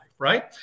right